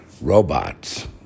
robots